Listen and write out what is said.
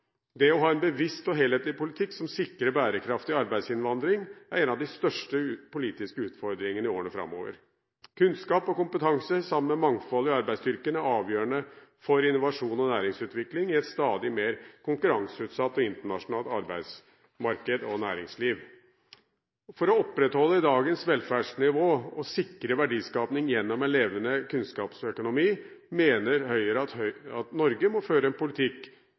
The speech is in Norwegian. Det å ha en bevisst og helhetlig politikk som sikrer bærekraftig arbeidsinnvandring, er en av de største politiske utfordringene i årene framover. Kunnskap og kompetanse, sammen med mangfold i arbeidsstyrken, er avgjørende for innovasjon og næringsutvikling i et stadig mer konkurranseutsatt og internasjonalt arbeidsmarked og næringsliv. For å opprettholde dagens velferdsnivå og sikre verdiskaping gjennom en levende kunnskapsøkonomi mener Høyre at Norge må føre en politikk